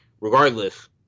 regardless